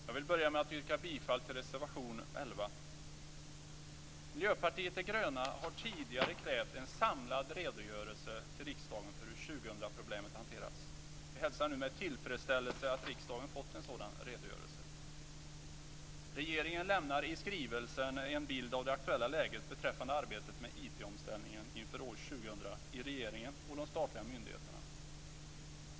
Fru talman! Jag vill börja med att yrka bifall till reservation 11. Miljöpartiet de gröna har tidigare krävt en samlad redogörelse till riksdagen för hur 2000-problemet hanteras. Vi hälsar nu med tillfredsställelse att riksdagen har fått en sådan redogörelse. Regeringen lämnar i skrivelsen en bild av det aktuella läget i regeringen och de statliga myndigheterna beträffande arbetet med IT-omställningen inför år 2000.